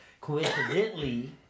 Coincidentally